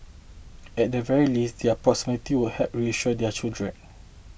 at the very least their proximity would help reassure their children